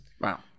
wow